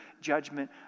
judgment